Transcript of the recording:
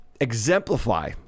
exemplify